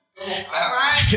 Right